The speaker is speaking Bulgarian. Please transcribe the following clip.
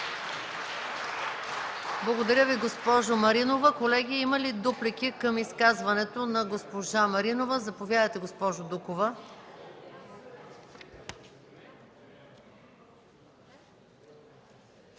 Благодаря Ви, госпожо Маринова. Колеги, има ли дуплики към изказването на госпожа Маринова? Заповядайте, госпожо Дукова.